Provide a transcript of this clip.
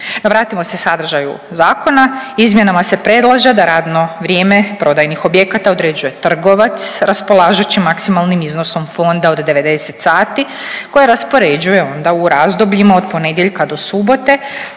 Vratimo se sadržaju zakona, izmjenama se predlaže da radno vrijeme prodajnih objekata određuje trgovac raspolažući maksimalnim iznosom fonda od 90 sati koje raspoređuje onda u razdobljima od ponedjeljka do subote,